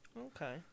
Okay